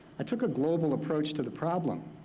i took a global approach to the problem.